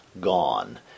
gone